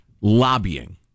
lobbying